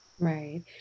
Right